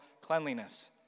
cleanliness